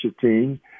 team